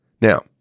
Now